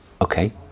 Okay